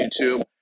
YouTube